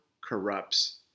corrupts